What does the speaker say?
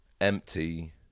empty